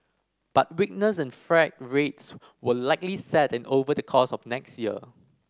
but weakness in freight rates will likely set in over the course of next year